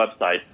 website